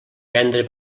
vendre